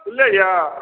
खुले यए